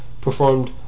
performed